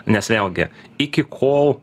nes vėlgi iki kol